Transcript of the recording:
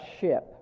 ship